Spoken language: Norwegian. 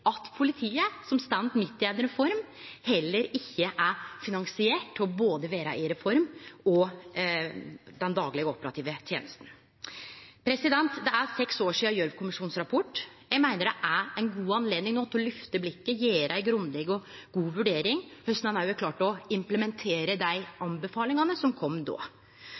at politiet, som står midt i ei reform, heller ikkje er finansiert til både å vere i reform og ha den daglege operative tenesta. Det er seks år sidan Gjørv-kommisjonens rapport. Eg meiner det er ei god anledning no til å løfte blikket og gjere ei grundig og god vurdering av korleis ein har klart å implementere dei anbefalingane som kom då.